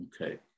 Okay